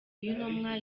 y’intumwa